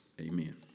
amen